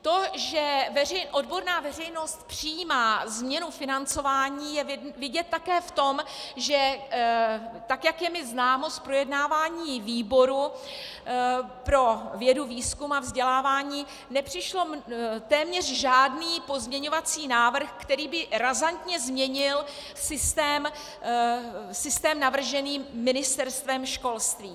To, že odborná veřejnost přijímá změnu financování, je vidět také v tom, že tak jak je mi známo z projednávání výboru pro vědu, výzkum a vzdělávání, nepřišel téměř žádný pozměňovací návrh, který by razantně změnil systém navržený Ministerstvem školství.